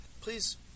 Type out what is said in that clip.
please